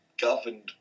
governed